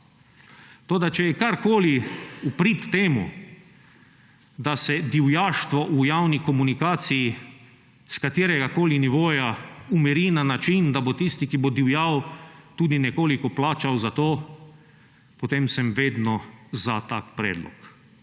Toda če je karkoli v prid temu, da se divjaštvo v javni komunikaciji s kateregakoli nivoja umiri na način, da bo tisti, ki bo divjal, tudi nekoliko plačal za to, potem sem vedno za tak predlog.